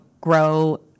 grow